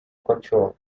control